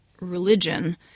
religion